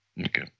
Okay